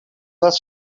was